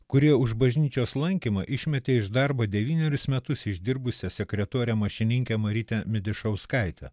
kurie už bažnyčios lankymą išmetė iš darbo devynerius metus išdirbusią sekretorę mašininkę marytę midišauskaitę